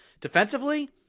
defensively